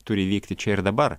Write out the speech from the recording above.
turi įvykti čia ir dabar